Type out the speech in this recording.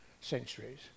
centuries